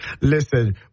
listen